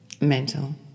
Mental